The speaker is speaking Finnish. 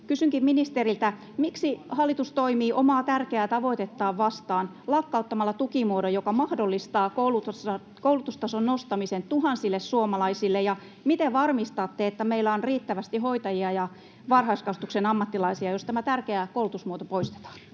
Kysynkin ministeriltä: Miksi hallitus toimii omaa tärkeää tavoitettaan vastaan lakkauttamalla tukimuodon, joka mahdollistaa koulutustason nostamisen tuhansille suomalaisille? Ja miten varmistatte, että meillä on riittävästi hoitajia ja varhaiskasvatuksen ammattilaisia, jos tämä tärkeä koulutusmuoto poistetaan?